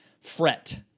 fret